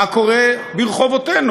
מה קורה ברחובותינו.